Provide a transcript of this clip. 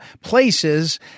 places